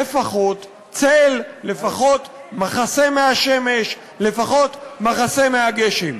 לפחות צל, לפחות מחסה מהשמש, לפחות מחסה מהגשם.